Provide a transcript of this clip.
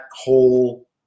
whole